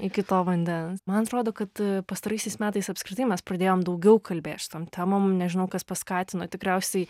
iki to vandens man atrodo kad pastaraisiais metais apskritai mes pradėjom daugiau kalbėt šitom temom nežinau kas paskatino tikriausiai